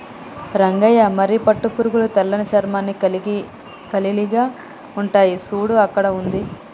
రంగయ్య మరి పట్టు పురుగులు తెల్లని చర్మాన్ని కలిలిగి ఉంటాయి సూడు అక్కడ ఉంది